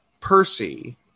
Percy